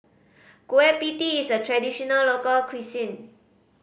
Kueh Pie Tee is a traditional local cuisine